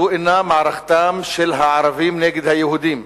זו אינה מערכתם של הערבים נגד היהודים,